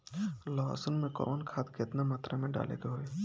लहसुन में कवन खाद केतना मात्रा में डाले के होई?